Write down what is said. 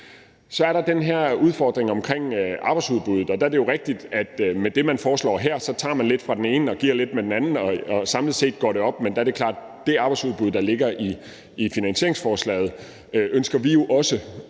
Så er der den her udfordring omkring arbejdsudbuddet, og der er det jo rigtigt, at med det, man foreslår her, tager man lidt fra den ene og giver lidt til den anden, og samlet set går det op, men der er det klart, at det arbejdsudbud, der ligger i finansieringsforslaget, ønsker vi jo også